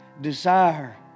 desire